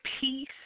peace